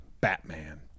batman